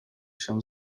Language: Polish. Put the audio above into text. się